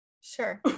sure